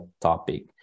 topic